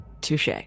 Touche